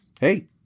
Hey